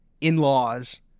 in-laws